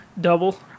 double